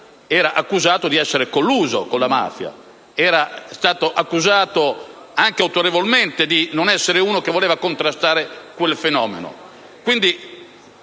era accusato di essere colluso con la mafia? Era stato accusato, anche autorevolmente, di non voler contrastare quel fenomeno.